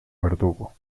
verdugo